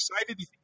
excited